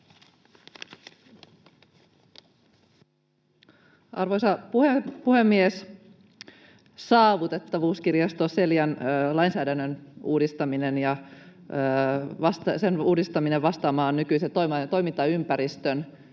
Arvoisa puhemies! Saavutettavuuskirjasto Celian lainsäädännön uudistaminen vastaamaan nykyisen toimintaympäristön